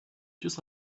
just